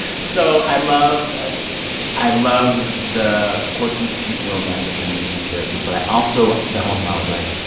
so i love i love the quirky, cute romance between these two characters. but i also the whole time i was like,